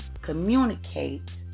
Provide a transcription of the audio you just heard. communicate